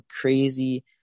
crazy